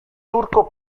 turco